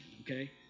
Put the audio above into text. Okay